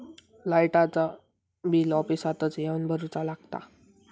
लाईटाचा बिल ऑफिसातच येवन भरुचा लागता?